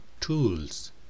tools